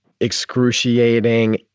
excruciating